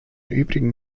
übrigen